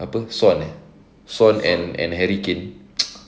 apa swan eh swan swan and harry kane